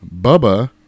Bubba